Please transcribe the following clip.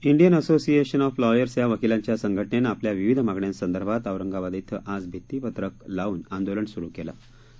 डीयन association of lawyers या वकीलांच्या संघटनेनं आपल्या विविध मागण्यासंदर्भात औरंगाबाद क्र आज भितीपत्रक लावून आंदोलन सुरू केलं आहे